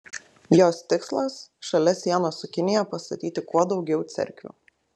jos tikslas šalia sienos su kinija pastatyti kuo daugiau cerkvių